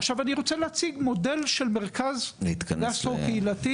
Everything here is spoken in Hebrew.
עכשיו אני רוצה להציג מודל של מרכז גסטרו קהילתי